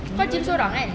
kau gym sorang kan